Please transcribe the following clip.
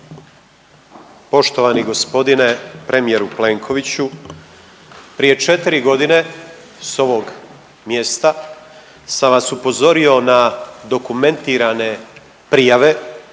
Poštovani g. premijeru Plenkoviću. Prije 4 godina s ovog mjesta sam vas upozorio na dokumentirane prijave